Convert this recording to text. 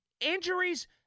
injuries